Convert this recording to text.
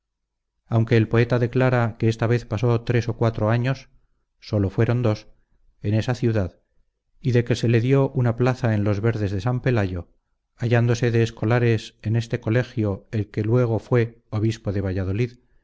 aunque el poeta declara que esta vez pasó tres o cuatro anos sólo fueron dos en esta ciudad y de que se le dio una plaza en los verdes de san pelayo hallándose de escolares en este colegio el que luego fue obispo de valladolid